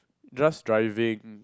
just driving